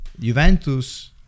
Juventus